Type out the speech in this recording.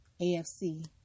AFC